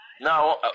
Now